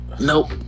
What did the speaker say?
Nope